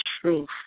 truth